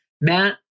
Matt